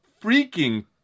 freaking